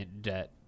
debt